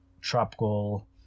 tropical